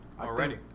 already